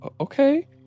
Okay